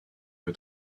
que